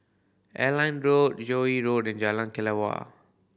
Airline Road Joo Yee Road and Jalan Kelawar